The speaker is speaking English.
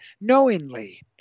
knowingly